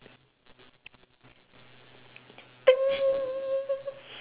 ding